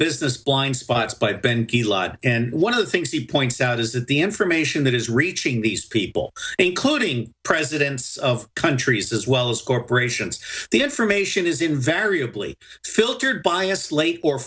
business blindspots by ben a lot and one of the things he points out is that the information that is reaching these people including presidents of countries as well as corporations the information is invariably filtered by a slate or